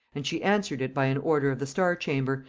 and she answered it by an order of the star-chamber,